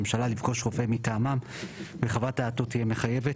הממשלה לפגוש רופא מטעמם וחוות דעתו תהיה מחייבת'.